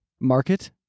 market